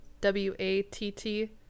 W-A-T-T